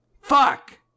fuck